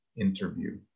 interview